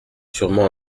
sûrement